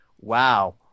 Wow